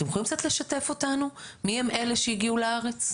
אתם יכולים קצת לשתף אותנו מי הם אלה שהגיעו לארץ?